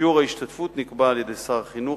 שיעור ההשתתפות נקבע על-ידי שר החינוך,